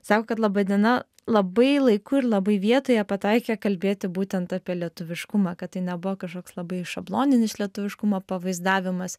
sako kad laba diena labai laiku ir labai vietoje pataikė kalbėti būtent apie lietuviškumą kad tai nebuvo kažkoks labai šabloninis lietuviškumo pavaizdavimas